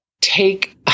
take